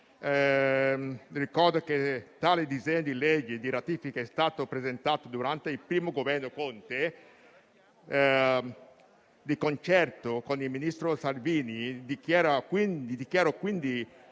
Ricordo che tale disegno di legge di ratifica è stato presentato durante il primo Governo Conte, di concerto con il ministro Salvini. Dichiaro, quindi,